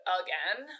again